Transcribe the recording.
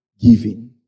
Giving